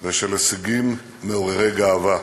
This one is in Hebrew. ושל הישגים מעוררי גאווה.